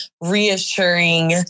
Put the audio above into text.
reassuring